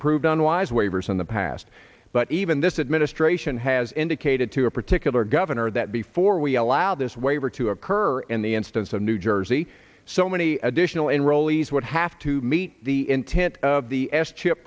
approved unwise waivers in the past but even this administration has indicated to a particular governor that before we allow this waiver to occur in the instance of new jersey so many additional enrollees would have to meet the intent of the s chip